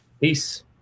peace